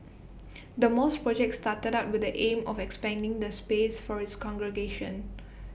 the mosque project started out with the aim of expanding the space for its congregation